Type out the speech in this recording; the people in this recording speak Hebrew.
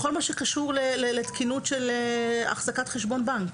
בכל מה שקשור לתקינות של החזקת חשבון בנק.